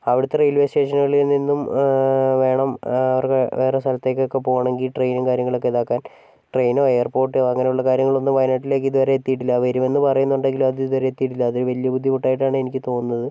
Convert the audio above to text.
അവിടുത്തെ റെയിൽവേ സ്റ്റേഷനുകളിൽ നിന്നും വേണം അവർക്ക് വേറെ സ്ഥലത്തേക്കൊക്കെ പോകണമെങ്കിൽ ട്രെയിനും കാര്യങ്ങളൊക്കെ ഇതാക്കാൻ ട്രെയിനോ എയർപോർട്ട് അങ്ങനെയുള്ള കാര്യങ്ങളൊന്നും വയനാട്ടിലേക്ക് എത്തിയിട്ടില്ല വരുമെന്ന് പറയുന്നുണ്ടെങ്കിലും അതിതുവരെ എത്തിയിട്ടില്ല അതൊരു വലിയ ബുദ്ധിമുട്ടായിട്ടാണ് എനിക്ക് തോന്നുന്നത്